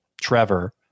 Trevor